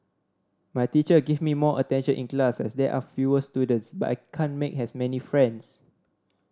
my teacher give me more attention in class as there are fewer students but I can't make as many friends